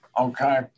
Okay